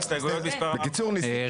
הצבעה בעד 4 נגד 8 לא אושר.